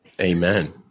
amen